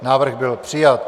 Návrh byl přijat.